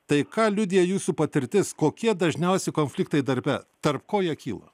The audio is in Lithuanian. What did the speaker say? tai ką liudija jūsų patirtis kokie dažniausi konfliktai darbe tarp ko jie kyla